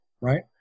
Right